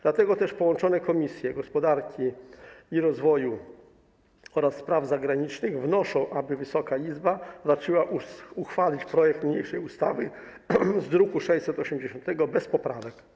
Dlatego też połączone Komisje: Gospodarki i Rozwoju oraz Spraw Zagranicznych wnoszą, aby Wysoka Izba raczyła uchwalić projekt niniejszej ustawy z druku nr 680 bez poprawek.